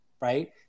right